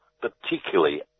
particularly